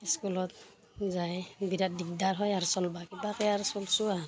স্কুলত যায় বিৰাট দিগদাৰ হয় আৰু চলবা কিবাকৈ আৰু চলছোঁ আৰ